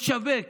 משווק